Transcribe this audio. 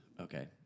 Okay